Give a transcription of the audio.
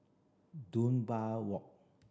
Dunbar Walk